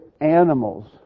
animals